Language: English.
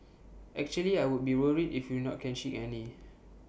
actually I would be worried if we not catching any